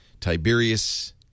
Tiberius